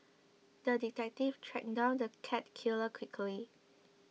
the detective tracked down the cat killer quickly